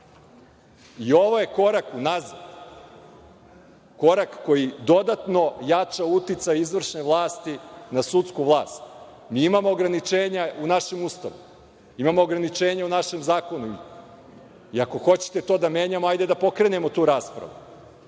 je korak u nazad. Korak koji dodatno jača uticaj izvršne vlasti na sudsku vlast. Mi imamo ograničenja u našem Ustavu. Imamo ograničenje u našim zakonima i ako hoćete to da menjamo, hajde da pokrenemo tu raspravu.